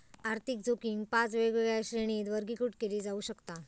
आर्थिक जोखीम पाच वेगवेगळ्या श्रेणींत वर्गीकृत केली जाऊ शकता